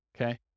Okay